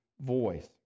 voice